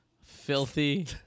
Filthy